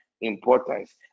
importance